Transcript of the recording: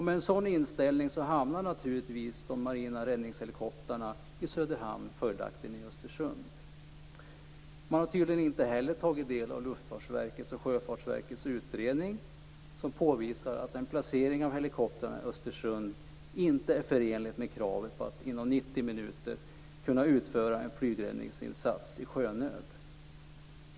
Med en sådan inställning hamnar naturligtvis de marina räddningshelikoptrarna i Söderhamn följaktligen i Östersund. Man har tydligen inte heller tagit del av Luftfartsverkets och Sjöfartsverkets utredning, som påvisar att en placering av helikoptrarna i Östersund inte är förenlig med kravet på att inom 90 minuter kunna utföra en flygräddningsinsats i sjönöd.